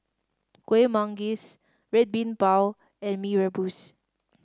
Kuih Manggis Red Bean Bao and Mee Rebus